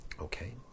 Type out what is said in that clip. Okay